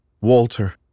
Walter